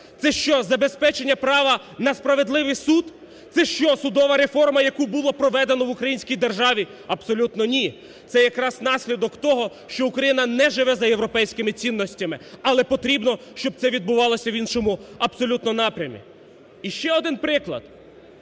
Це, що забезпечення права на справедливий суд? Це, що судова реформа, яку було проведено в українській державі? Абсолютно, ні – це якраз наслідок того, що Україна не живе за європейськими цінностями, але потрібно, щоб це відбулося в іншому абсолютно напрямі. І ще один приклад,